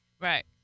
Right